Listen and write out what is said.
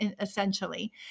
essentially